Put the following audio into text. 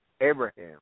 Abraham